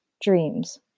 dreams